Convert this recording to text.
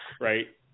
right